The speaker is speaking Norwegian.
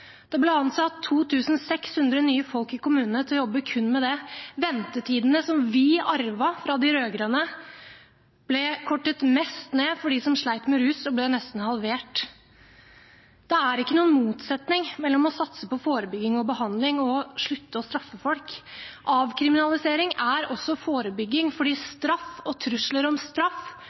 Det ble ansatt 2 600 nye folk i kommunene til å jobbe kun med det. Ventetidene som vi arvet fra de rød-grønne, ble kortet mest ned for dem som slet med rus, og ble nesten halvert. Det er ikke noen motsetning mellom å satse på forebygging og behandling og å slutte å straffe folk. Avkriminalisering er også forebygging, fordi straff og trusler om straff